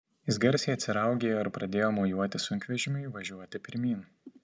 jis garsiai atsiraugėjo ir pradėjo mojuoti sunkvežimiui važiuoti pirmyn